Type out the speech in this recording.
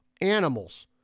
animals